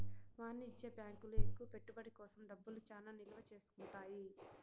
వాణిజ్య బ్యాంకులు ఎక్కువ పెట్టుబడి కోసం డబ్బులు చానా నిల్వ చేసుకుంటాయి